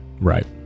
right